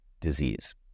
disease